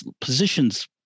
positions